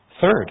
Third